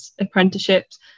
apprenticeships